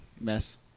mess